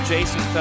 Jason